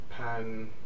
Pan